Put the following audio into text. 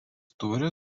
turi